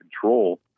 control